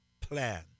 plan